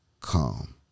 calm